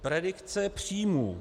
Predikce příjmů.